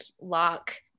lock